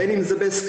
בין אם זה בהסכם,